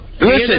Listen